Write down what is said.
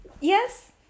Yes